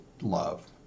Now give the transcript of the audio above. love